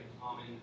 common